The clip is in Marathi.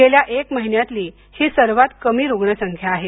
गेल्या एक महिन्यातली ही सर्वात कमी रुग्ण संख्या आहे